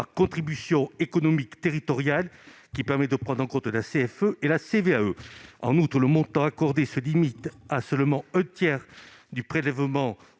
par « contribution économique territoriale », ce qui permet de prendre en compte la CFE et la CVAE. En outre, le montant accordé se limite à seulement un tiers du prélèvement